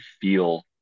feel